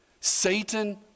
Satan